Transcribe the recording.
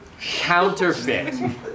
Counterfeit